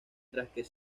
mientras